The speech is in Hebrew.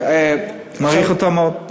אני מעריך אותה מאוד.